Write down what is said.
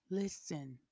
Listen